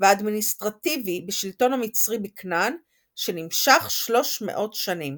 והאדמיניסטרטיבי בשלטון המצרי בכנען שנמשך 300 שנים.